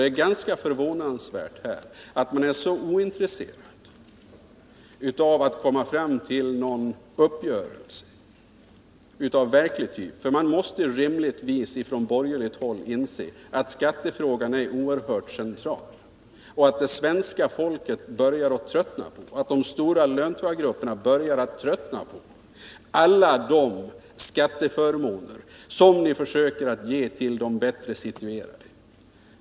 Det är ganska förvånansvärt att man från borgerligt håll är så ointresserad av att komma fram till en verklig uppgörelse, för man måste rimligtvis inse att skattefrågan är oerhört central och att de stora löntagargrupperna bland svenska folket börjar tröttna på alla de skatteförmåner som ni försöker ge de bättre situerade.